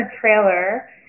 trailer